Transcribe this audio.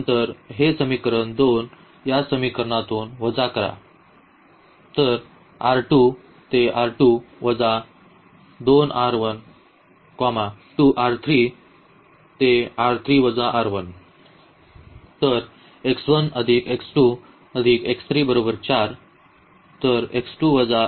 नंतर हे समीकरण 2 या समीकरणातून वजा करा